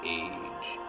age